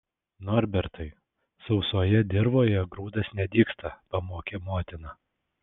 norbertai sausojoje dirvoje grūdas nedygsta pamokė motina